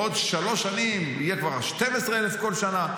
בעוד שלוש שנים יהיו כבר 12,000 בכל שנה.